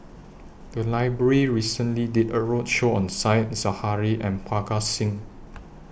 The Library recently did A roadshow on Said Zahari and Parga Singh